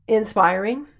inspiring